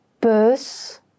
bus